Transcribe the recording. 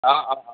অঁ অঁ